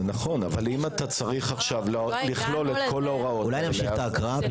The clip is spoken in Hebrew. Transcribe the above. אולי נמשיך את ההקראה?